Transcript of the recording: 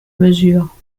mesure